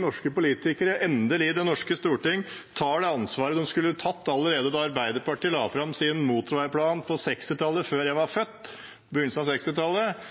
norske politikere og det norske storting nå – endelig – tar det ansvaret de skulle ha tatt allerede da Arbeiderpartiet la fram sin motorveiplan på begynnelsen av 1960-tallet, før jeg var født.